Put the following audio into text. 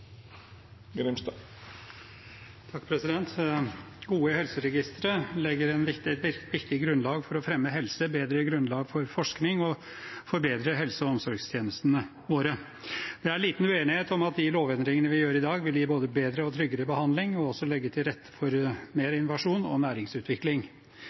Gode helseregistre legger et viktig grunnlag for å fremme helse, bedre grunnlag for forskning og forbedre helse- og omsorgstjenestene våre. Det er liten uenighet om at de lovendringene vi gjør i dag, vil gi både bedre og tryggere behandling og legge til rette for mer